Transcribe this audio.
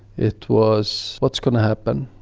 it was what's going to happen?